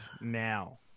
now